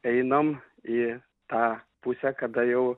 einam į tą pusę kada jau